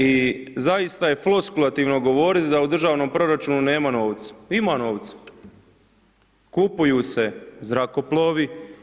I zaista je floskulativno govoriti da u državnom proračunu nema novca, ima novca, kupuju se zrakoplovi.